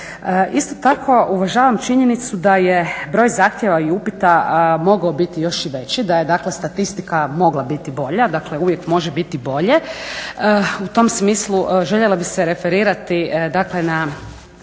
Isto tako uvažavam činjenicu da je broj zahtjeva i upita mogao biti još i veći, da je dakle statistika mogla biti bolja, dakle uvijek može biti bolje. U tom smislu željela bih se referirati dakle